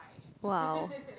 !wow!